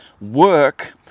Work